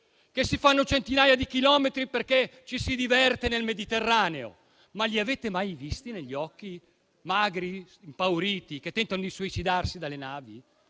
che si fanno centinaia di chilometri perché ci si diverte nel Mediterraneo. Ma li avete mai visti negli occhi, magri, impauriti, che tentano di suicidarsi dalle navi?